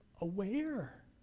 aware